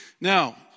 Now